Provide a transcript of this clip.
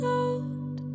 out